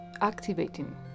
activating